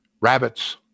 rabbits